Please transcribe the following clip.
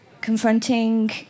confronting